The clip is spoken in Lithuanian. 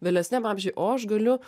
vėlesniam amžiui o aš galiu